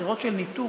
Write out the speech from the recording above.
בחירות של ניתוק,